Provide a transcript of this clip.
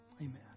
Amen